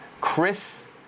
Chris